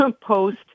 post-